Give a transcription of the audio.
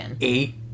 eight